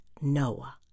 Noah